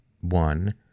one